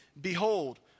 Behold